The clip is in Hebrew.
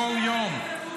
כל יום,